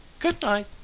good night.